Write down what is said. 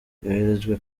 yoherejwe